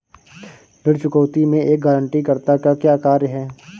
ऋण चुकौती में एक गारंटीकर्ता का क्या कार्य है?